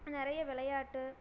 நிறைய விளையாட்டு